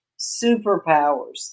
Superpowers